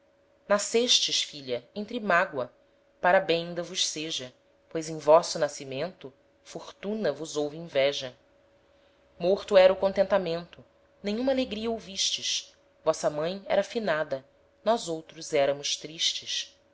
lavando nascestes filha entre mágoa para bem inda vos seja pois em vosso nascimento fortuna vos houve inveja morto era o contentamento nenhuma alegria ouvistes vossa mãe era finada nós outros eramos tristes